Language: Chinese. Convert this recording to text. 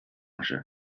都市